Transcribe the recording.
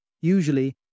Usually